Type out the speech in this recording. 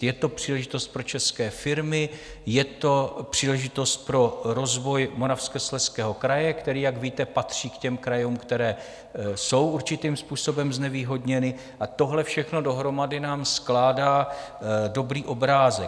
Je to příležitost pro české firmy, je to příležitost pro rozvoj Moravskoslezského kraje, který, jak víte, patří ke krajům, které jsou určitým způsobem znevýhodněny, a tohle všechno dohromady nám skládá dobrý obrázek.